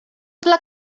dla